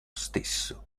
stesso